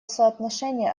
соотношение